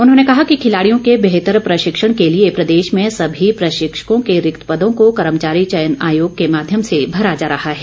उन्होंने कहा कि खिलाड़ियों के बेहतर प्रशिक्षण के लिए प्रदेश में सभी प्रशिक्षकों के रिक्त पदों को कर्मचारी चयन आयोग के माध्यम से भरा जा रहा है